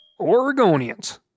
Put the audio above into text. Oregonians